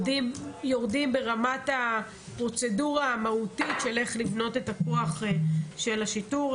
יורדים ברמת הפרוצדורה המהותית של איך לבנות את הכוח של השיטור.